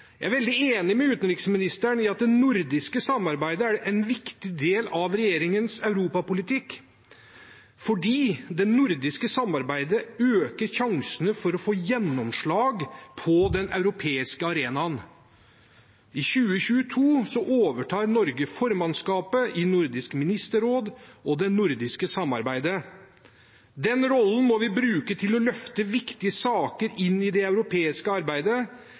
Jeg er veldig enig med utenriksministeren i at det nordiske samarbeidet er en viktig del av regjeringens europapolitikk, fordi det nordiske samarbeidet øker sjansene for å få gjennomslag på den europeiske arenaen. I 2022 overtar Norge formannskapet i Nordisk ministerråd og det nordiske samarbeidet. Den rollen må vi bruke til å løfte viktige saker inn i det europeiske arbeidet.